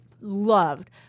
loved